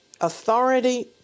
authority